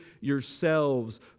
yourselves